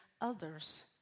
others